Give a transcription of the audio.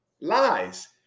lies